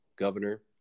governor